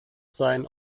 sein